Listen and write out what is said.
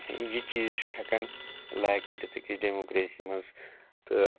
یہِ چیٖز چھُ ہیکان لایِک کٔرِتھ أکِس ڈٮ۪موکرٛیسی منٛز تہٕ